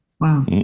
Wow